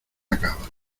acaba